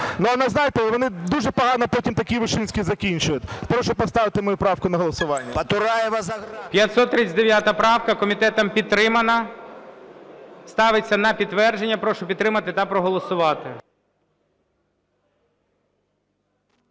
Ну але, знаєте, вони дуже погано потім такі вишинські закінчують. Прошу поставити мою правку на голосування. (Шум у залі) ГОЛОВУЮЧИЙ. 539 правка. Комітетом підтримана. Ставиться на підтвердження. Прошу підтримати та проголосувати.